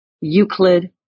Euclid